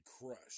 crush